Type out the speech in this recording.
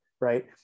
right